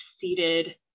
seated